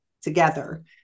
together